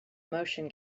motion